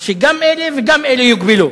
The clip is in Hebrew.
שגם אלה וגם אלה יוגבלו.